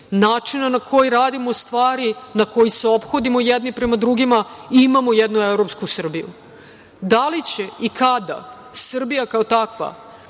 načina na koji radimo stvari, na koji se ophodimo jedni prema drugima imamo jednu evropsku Srbiju. Da li će i kada Srbija kao takva